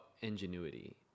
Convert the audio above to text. ingenuity